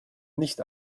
nicht